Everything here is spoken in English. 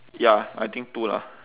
ya I think two lah